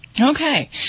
Okay